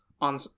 on